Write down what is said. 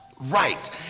right